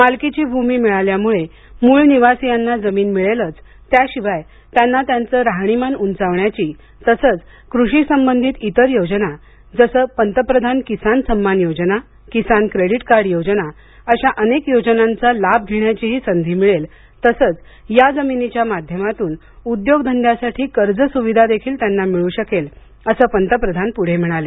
मालकीची भूमी मिळाल्यामुळे मूळ निवासियांना जमीन मिळेलच त्याशिवाय त्यांना त्यांचे राहणीमान उंचावण्याची तसेच कृषी संबंधित इतर योजना जसे पंतप्रधान किसान सन्मान योजना किसान क्रेडीट कार्ड योजना अशा अनेक योजनांचा लाभ घेण्याचीही संधी मिळेल तसेच या जमिनीच्या माध्यमातून उद्योग धंद्यासाठी कर्ज सुविधा देखील त्यांना मिळू शकेल असे पंतप्रधान पुढे म्हणाले